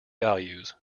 values